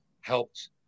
helped